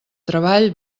treball